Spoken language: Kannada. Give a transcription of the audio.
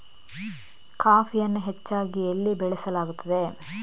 ಕಾಫಿಯನ್ನು ಹೆಚ್ಚಾಗಿ ಎಲ್ಲಿ ಬೆಳಸಲಾಗುತ್ತದೆ?